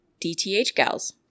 DTHGals